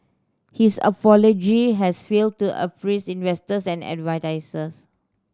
his apology has failed to appease investors and advertisers